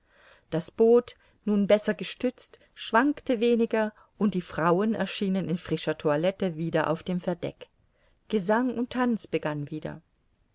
das boot nun besser gestützt schwankte weniger und die frauen erschienen in frischer toilette wieder auf dem verdeck gesang und tanz begann wieder